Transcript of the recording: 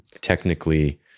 technically